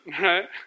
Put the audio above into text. Right